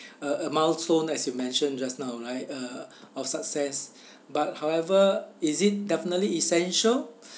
a a milestone as you mentioned just now right uh of success but however is it definitely essential